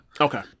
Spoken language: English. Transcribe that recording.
okay